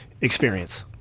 experience